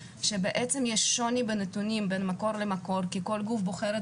שיש שוני בנתונים בין מקור למקור כי כל גוף בוחר את